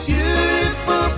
Beautiful